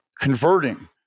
converting